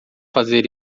fazer